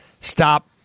stop